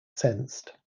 sensed